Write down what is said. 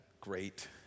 great